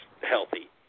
healthy